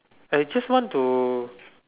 I just want to